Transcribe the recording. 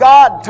God